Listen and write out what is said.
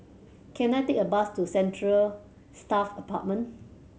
can I take a bus to Central Staff Apartment